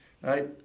right